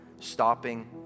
stopping